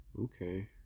Okay